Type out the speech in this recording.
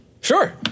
Sure